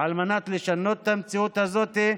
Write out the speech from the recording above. על מנת לשנות את המציאות הזאת.